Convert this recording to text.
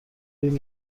این